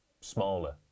smaller